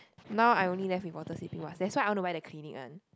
now I only left with water sleeping mask that's why I want to buy the Clinique one